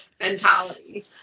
mentality